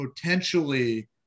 potentially